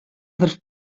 бер